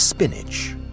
Spinach